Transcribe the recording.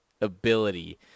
ability